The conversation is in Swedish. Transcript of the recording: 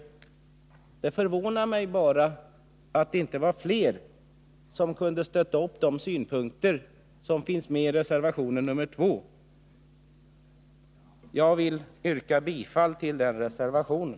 Det förvånar mig bara att det inte var fler som kunde stötta upp de synpunkter som finns med i reservation nr 2. Jag vill yrka bifall till den reservationen.